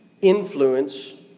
influence